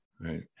Right